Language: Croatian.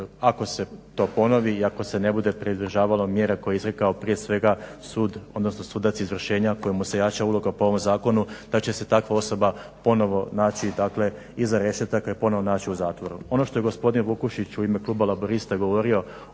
ako se to ponovi i ako se ne bude pridržavalo mjera koje je izrekao prije svega sud odnosno sudac izvršenja kojemu se jača uloga po ovom Zakonu, da će se takva osoba ponovo naći, dakle iza rešetaka i ponovo naći u zatvoru. Ono što je gospodin Vukušić u ime kluba Laburista govorio